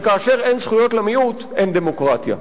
וכאשר אין זכויות למיעוט, אין דמוקרטיה.